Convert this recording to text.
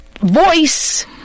voice